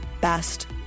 best